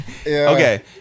Okay